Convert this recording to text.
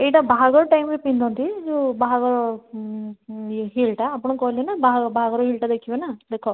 ଏଇଟା ବାହାଘର ଟାଇମ୍ରେ ପିନ୍ଧନ୍ତି ଯେଉଁ ବାହାଘର ଇଏ ହିଲ୍ଟା ଆପଣ କହିଲେ ନା ବାହାଘର ହିଲ୍ଟା ଦେଖିବେ ନା ଦେଖ